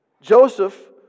Joseph